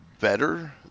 better